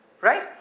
Right